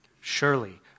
Surely